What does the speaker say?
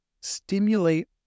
stimulate